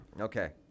Okay